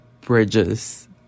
Bridges